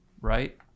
right